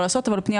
הפניות אושרו.